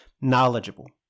knowledgeable